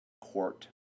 court